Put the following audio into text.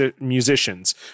musicians